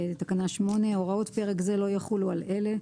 8. הוראות פרק זה לא יחולו על אלה: